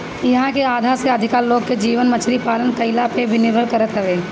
इहां के आधा से अधिका लोग के जीवन मछरी पालन कईला पे निर्भर करत हवे